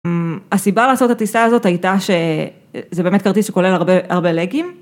הסיבה לעשות את הטיסה הזאת הייתה שזה באמת כרטיס שכולל הרבה הרבה לגים.